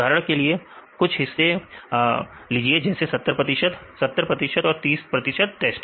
उदाहरण के लिए कुछ हिस्से लीजिए जैसे 70 प्रतिशत 70 प्रशिक्षण और 30 टेस्ट